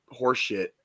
horseshit